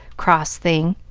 cross thing!